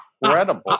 incredible